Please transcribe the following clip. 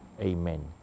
Amen